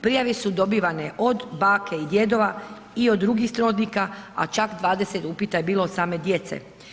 Prijave su dobivane od bake i djedova i od drugih srodnika, a čak 20 upita je bilo od same djece.